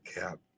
cap